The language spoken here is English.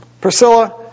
Priscilla